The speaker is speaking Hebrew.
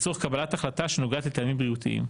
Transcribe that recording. לצורך קבלת החלטה שנוגעת לטעמים בריאותיים.